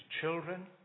children